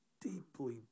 deeply